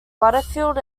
butterfield